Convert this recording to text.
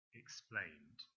explained